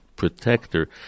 Protector